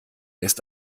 ist